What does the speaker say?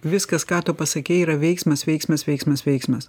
viskas ką tu pasakei yra veiksmas veiksmas veiksmas veiksmas